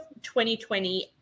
2020